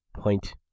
point